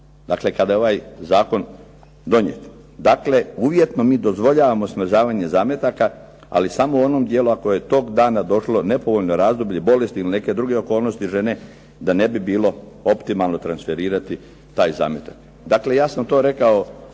dakle kada je ovaj zakon donijeto. Dakle, "uvjetno mi dozvoljavamo smrzavanje zametaka, ali samo u onom dijelu ako je toga dana došlo nepovoljno razdoblje bolesti ili neke druge okolnosti žene, da ne bi bilo optimalno transferirati taj zametak". Dakle, ja sam to rekao